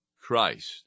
Christ